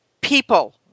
people